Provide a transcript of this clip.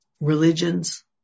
religions